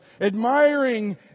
admiring